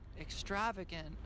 extravagant